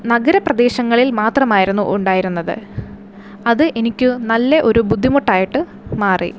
നഗര പ്രദേശങ്ങളിൽ മാത്രമായിരുന്നു ഉണ്ടായിരുന്നത് അത് എനിക്ക് നല്ല ഒരു ബുദ്ധിമുട്ടായിട്ട് മാറി